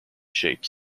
different